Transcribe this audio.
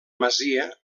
masia